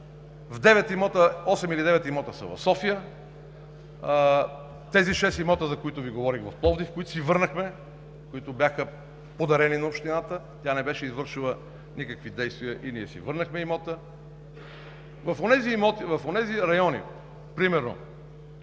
или девет имота са в София. Шестте имота, за които Ви говорих, в Пловдив, които си върнахме, които бяха подарени на Oбщината – тя не беше извършила никакви действия и ние си върнахме имота. В онези райони примерно